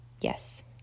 Yes